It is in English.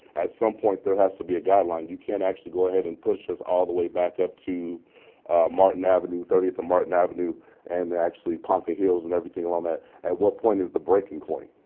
at some point, there has to be a guideline. you can't actually go ahead and push us all the way back up to martin avenue thirtieth and martin avenue and actually ponca hills and everything on that. at what point is the breaking point?